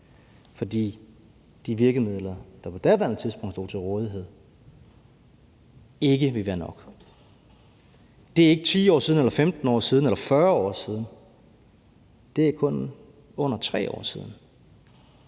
fordi de virkemidler, der på daværende tidspunkt stod til rådighed, ikke ville være nok. Det er ikke 10 år siden eller 15 år siden eller 40 år siden, men det er kun under 3 år siden,